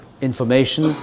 information